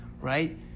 right